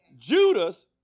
Judas